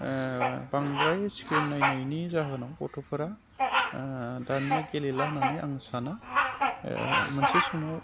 बांद्राय स्क्रिन नायनायनि जाहोनाव गथ'फोरा दानिया गेलेला होननानै आं साना मोनसे समाव